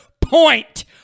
point